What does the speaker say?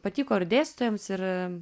patiko ir dėstytojams ir